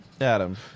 Adam